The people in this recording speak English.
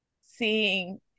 seeing